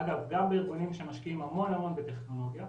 אגב, גם בארגונים שמשקיעים המון בטכנולוגיה.